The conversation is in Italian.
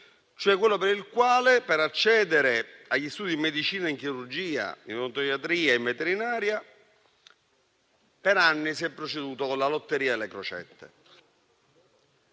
cioè quella per la quale per accedere agli studi in medicina e chirurgia, in odontoiatria e in veterinaria, per anni si è proceduto con la lotteria e le crocette,